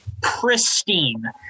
pristine